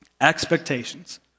Expectations